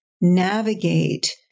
navigate